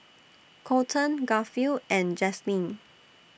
Colten Garfield and Jaslene